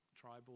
tribal